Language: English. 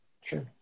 Sure